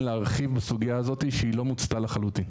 להרחיב בסוגיה הזאת שלא מוצתה לחלוטין.